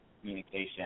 communication